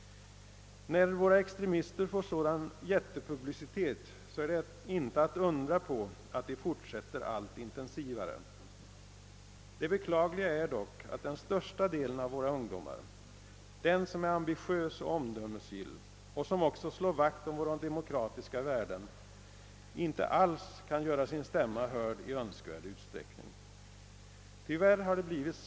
När våra extremister får sådan jättepublicitet är det inte undra på att de fortsätter allt intensivare. Det beklagliga är dock att den största delen av våra ungdomar, den som är ambitiös och omdömesgill och som också slår vakt om våra demokratiska värden, inte alls kan göra sin stämma hörd i önskvärd utsträckning. Tyvärr har det blivit.